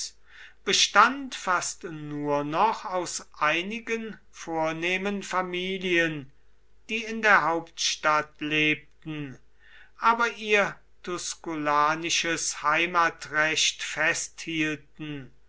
bestand fast nur noch aus einigen vornehmen familien die in der hauptstadt lebten aber ihr tusculanisches heimatrecht festhielten